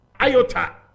iota